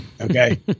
Okay